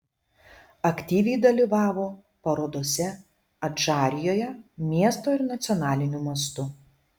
aktyviai dalyvavo parodose adžarijoje miesto ir nacionaliniu mastu